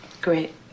great